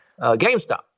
GameStop